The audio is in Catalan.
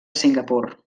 singapur